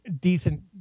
decent